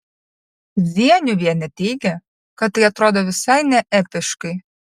zieniuvienė teigia kad tai atrodo visai neepiškai